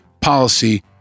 policy